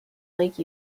lake